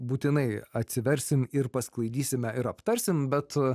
būtinai atsiversim ir pasklaidysime ir aptarsim bet